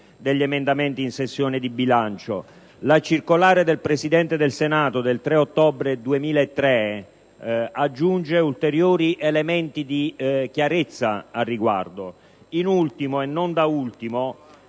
degli emendamenti in sessione di bilancio. La circolare del Presidente del Senato del 3 ottobre 2003 aggiunge ulteriori elementi di chiarezza al riguardo. In ultimo, ma non da ultimo,